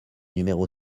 numéro